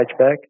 hatchback